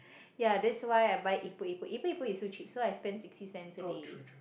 ya that's why I buy epok epok epok epok is so cheap so I spent sixty cents a day